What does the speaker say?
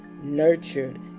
nurtured